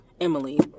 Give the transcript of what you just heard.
Emily